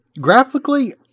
Graphically